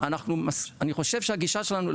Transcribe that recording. אני חושב שהגישה שלנו,